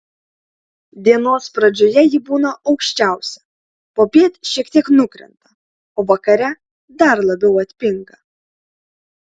dienos pradžioje ji būna aukščiausia popiet šiek tiek nukrenta o vakare dar labiau atpinga